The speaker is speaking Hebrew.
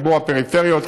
חיבור הפריפריות,